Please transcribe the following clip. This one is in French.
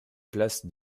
place